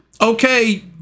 okay